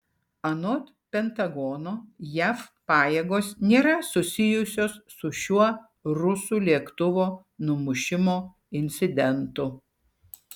anot pentagono jav pajėgos nėra susijusios su šiuo rusų lėktuvo numušimo incidentu